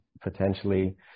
potentially –